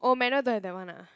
oh manual don't have that [one] ah